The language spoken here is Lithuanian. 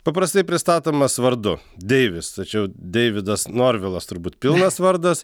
paprastai pristatomas vardu deivis tačiau deividas norvilas turbūt pilnas vardas